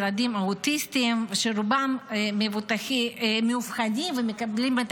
ילדים אוטיסטים שרובם מאובחנים ומקבלים את